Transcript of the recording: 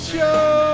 Show